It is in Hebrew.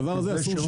אסור שהדבר הזה יקרה.